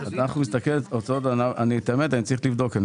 אני צריך לבדוק.